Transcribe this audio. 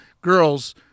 girls